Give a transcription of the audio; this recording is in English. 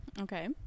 Okay